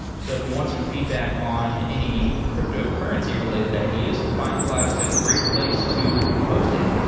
so if you want some feedback on any cryptocurrency related ideas, findcollabs is a great place to post it.